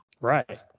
Right